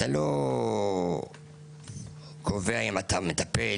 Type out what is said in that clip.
אתה לא קובע במי אתה מטפל,